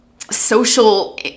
social